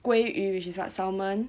鲑鱼 which is what salmon